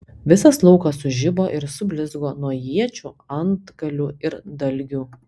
visas laukas sužibo ir sublizgo nuo iečių antgalių ir dalgių